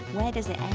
where does it end?